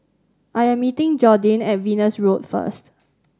I am meeting Jordin at Venus Road first